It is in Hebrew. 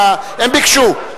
הם ביקשו.